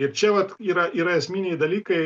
ir čia vat yra yra esminiai dalykai